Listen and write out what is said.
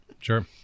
Sure